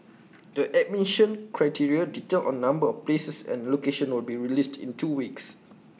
the admission criteria details on number of places and locations will be released in two weeks